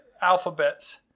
alphabets